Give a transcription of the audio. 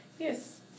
Yes